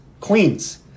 Queens